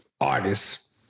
artists